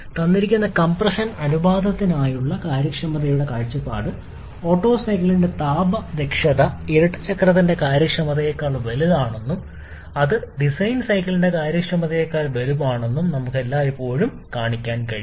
തന്നിരിക്കുന്ന കംപ്രഷൻ അനുപാതത്തിനായുള്ള കാര്യക്ഷമത കാഴ്ചപ്പാട് ഓട്ടോ സൈക്കിളിന്റെ താപ ദക്ഷത ഇരട്ട ചക്രത്തിന്റെ കാര്യക്ഷമതയേക്കാൾ വലുതാണെന്നും അത് ഡിസൈൻ സൈക്കിളിന്റെ കാര്യക്ഷമതയേക്കാൾ വലുതാണെന്നും നമുക്ക് എല്ലായ്പ്പോഴും കാണിക്കാൻ കഴിയും